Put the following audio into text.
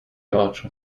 oczu